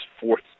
fourth